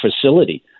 facility